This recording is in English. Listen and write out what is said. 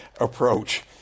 approach